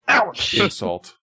insult